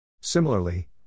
Similarly